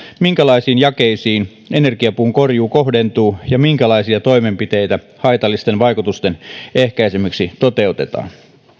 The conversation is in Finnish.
minkälaisiin jakeisiin energiapuun korjuu kohdentuu ja minkälaisia toimenpiteitä haitallisten vaikutusten ehkäisemiseksi toteutetaan